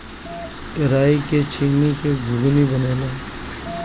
कराई के छीमी के घुघनी बनेला